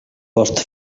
post